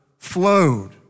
flowed